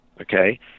Okay